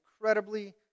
incredibly